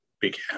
began